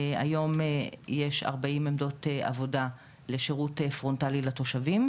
היום יש 40 עמדות עבודה לשירות פרונטלי לתושבים,